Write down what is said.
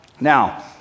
Now